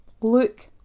Look